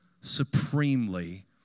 supremely